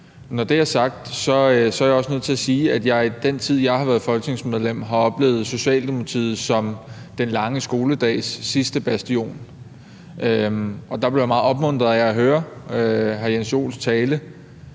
Når det er sagt, er jeg også nødt til sige, at jeg, i den tid jeg har været folketingsmedlem, har oplevet Socialdemokratiet som den lange skoledags sidste bastion, og der blev jeg meget opmuntret af at høre hr. Jens Joels tale.